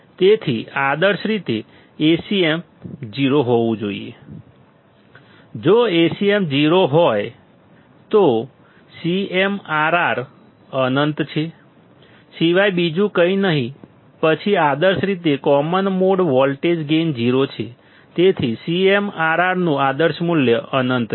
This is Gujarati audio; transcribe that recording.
તેથી આદર્શ રીતે Acm 0 હોવું જોઈએ જો Acm 0 હોય તો CMRR અનંત સિવાય બીજું કંઈ નહીં હોય પછી આદર્શ રીતે કોમન મોડ વોલ્ટેજ ગેઇન 0 છે તેથી CMRRનું આદર્શ મૂલ્ય અનંત છે